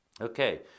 Okay